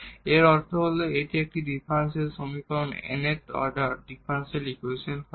এর অর্থ হল এটি একটি ডিফারেনশিয়াল সমীকরণ nth অর্ডার ডিফারেনশিয়াল ইকুয়েশন হবে